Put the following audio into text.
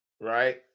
right